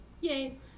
Yay